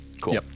cool